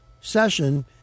session